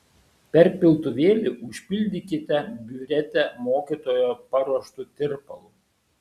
per piltuvėlį užpildykite biuretę mokytojo paruoštu tirpalu